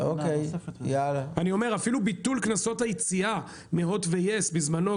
אפילו ביטול קנסות היציאה מהוט ויס בזמנו,